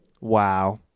Wow